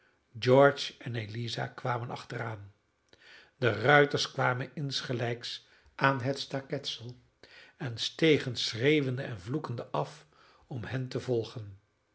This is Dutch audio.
george en eliza kwamen achteraan de ruiters kwamen ingelijks aan het staketsel en stegen schreeuwende en vloekende af om hen te volgen